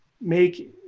make